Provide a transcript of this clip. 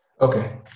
Okay